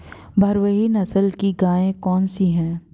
भारवाही नस्ल की गायें कौन सी हैं?